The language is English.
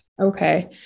Okay